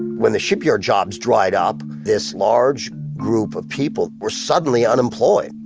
when the shipyard jobs dried up, this large group of people were suddenly unemployed,